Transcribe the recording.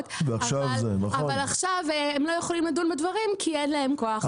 אבל עכשיו הם לא יכולים לדון בדברים כי אין להם כוח אדם.